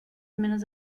menos